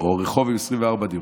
או רחוב עם 24 דירות,